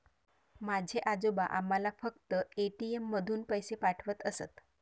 माझे आजोबा आम्हाला फक्त ए.टी.एम मधून पैसे पाठवत असत